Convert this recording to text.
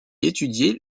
étudier